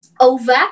over